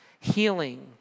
healing